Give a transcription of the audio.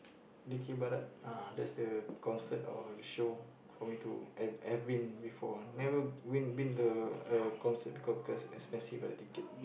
dikir barat uh that's the concert or the show for me to have have been before ah never been been to a concert because because expensive ah the ticket